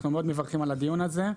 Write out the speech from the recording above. אנחנו מברכים מאוד על הדיון הזה.